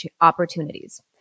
opportunities